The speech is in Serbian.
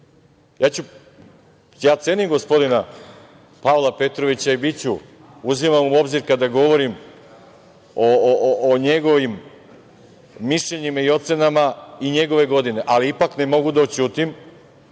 gospodina Pavla Petrovića, i biću, uzimam u obzir kada govorim o njegovim mišljenjima i ocenama i njegove godine, ali ipak, ne mogu da oćutim